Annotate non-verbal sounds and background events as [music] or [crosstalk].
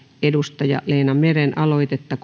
edustaja leena meren aloitetta [unintelligible]